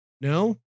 No